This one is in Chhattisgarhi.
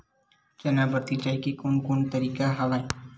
चना बर सिंचाई के कोन कोन तरीका हवय?